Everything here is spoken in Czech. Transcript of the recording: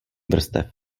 vrstev